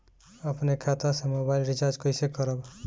अपने खाता से मोबाइल रिचार्ज कैसे करब?